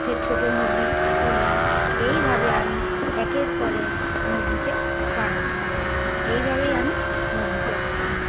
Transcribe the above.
ফের ছোটো মুরগি তুললাম এইভাবে আমি একের পর এক মুরগি চাষ বাড়াতে লাগলাম এইভাবেই আমি মুরগি চাষ করি